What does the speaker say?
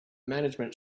management